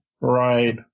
right